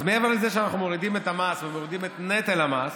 אז מעבר לזה שאנחנו מורידים את המס ומורידים את נטל המס,